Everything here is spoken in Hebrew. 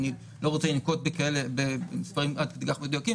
אני לא רוצה לנקוב במספרים עד כדי כך מדויקים